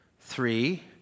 three